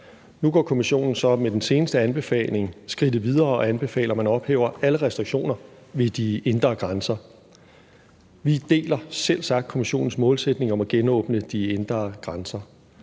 Nu går Kommissionen så med den seneste anbefaling skridtet videre og anbefaler, at man ophæver alle restriktioner ved de indre grænser. Vi deler selvsagt Kommissionens målsætning om at genåbne de indre grænser.